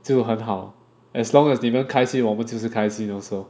就很好 as long as 你们开心我们只是开心 also